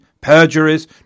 perjuries